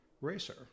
racer